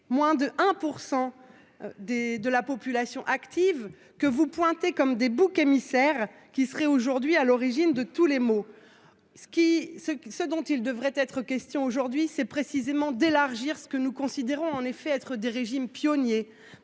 moins de 1 % de la population active et vous en faites des boucs émissaires qui seraient à l'origine de tous les maux. Ce dont il devrait être question aujourd'hui, c'est précisément d'élargir ce que nous considérons en effet comme des régimes pionniers.